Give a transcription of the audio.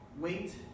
wait